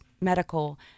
medical